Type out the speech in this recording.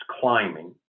climbing